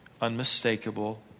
Unmistakable